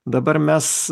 dabar mes